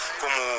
como